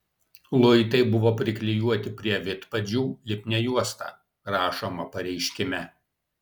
luitai buvo priklijuoti prie vidpadžių lipnia juosta rašoma pareiškime